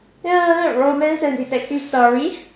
ya romance and detective story